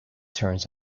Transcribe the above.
turns